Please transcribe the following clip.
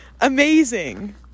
amazing